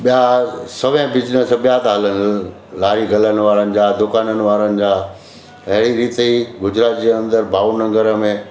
ॿिया सवे बिज़नस ॿिया आहिनि लारी गलनि वारनि जा दुकाननि वारनि जा अहिड़ी रीति ई गुजरात जे अंदरु भावनगर में